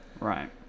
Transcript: Right